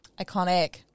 Iconic